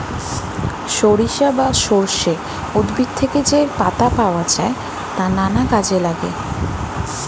সরিষা বা সর্ষে উদ্ভিদ থেকে যে পাতা পাওয়া যায় তা নানা কাজে লাগে